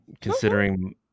considering